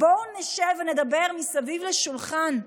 בואו נשב ונדבר מסביב לשולחן.